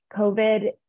COVID